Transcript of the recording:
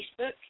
Facebook